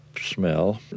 smell